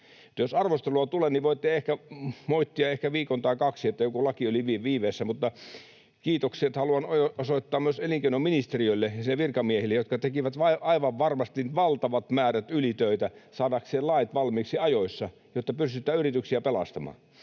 Jos arvostelua tulee, niin voitte moittia ehkä viikon tai kaksi, että joku laki on viiveessä, mutta kiitokset haluan osoittaa myös elinkeinoministeriölle ja sen virkamiehille, jotka tekivät aivan varmasti valtavat määrät ylitöitä saadakseen lait valmiiksi ajoissa, jotta pysytään yrityksiä pelastamaan,